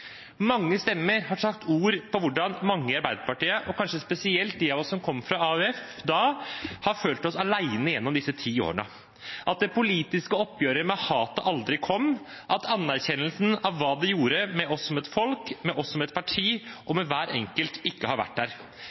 Mange stemmer har satt ord på hvordan mange i Arbeiderpartiet, og kanskje spesielt de av oss som da kom fra AUF, har følt oss alene gjennom disse ti årene – at det politiske oppgjøret med hatet aldri kom, og at anerkjennelsen av hva det gjorde med oss som folk, med oss som parti og med hver enkelt, ikke har vært der.